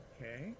Okay